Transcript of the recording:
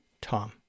Tom